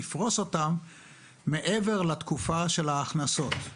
לפרוס אותם מעבר לתקופה של ההכנסות.